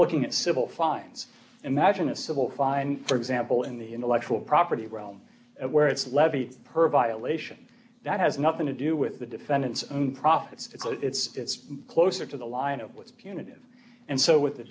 looking at civil fines imagine a civil fine for example in the intellectual property realm where it's levied per violation that has nothing to do with the defendant's own profits so it's closer to the line of what's punitive and so with the